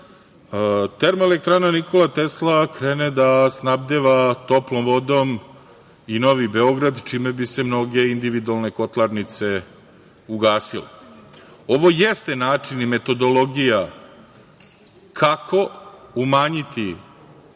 termoelektrana „Nikola Tesla“ krene da snabdeva toplom vodom i Novi Beograd čime bi se mnoge individualne kotlarnice ugasile. Ovo jeste način i metodologija kako umanjiti